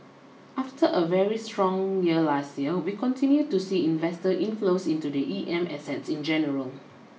after a very strong year last year we continue to see investor inflows into the E M assets in general